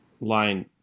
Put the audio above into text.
line